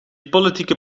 politieke